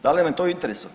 Da li nam je to u interesu?